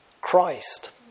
Christ